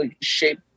shape